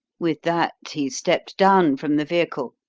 with that, he stepped down from the vehicle,